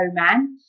romance